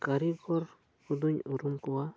ᱠᱟᱹᱨᱤᱯᱩᱨ ᱦᱚᱸᱫᱚᱹᱧ ᱩᱨᱩᱢ ᱠᱚᱣᱟ